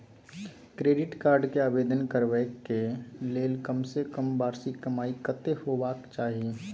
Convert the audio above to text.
Credit card के आवेदन करबैक के लेल कम से कम वार्षिक कमाई कत्ते होबाक चाही?